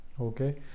okay